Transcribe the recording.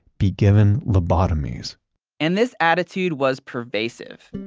be given lobotomies and this attitude was pervasive.